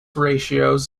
ratios